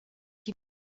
die